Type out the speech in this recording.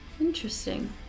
interesting